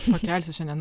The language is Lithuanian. pakelsiu šiandien